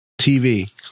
tv